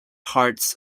hearts